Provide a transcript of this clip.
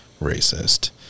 racist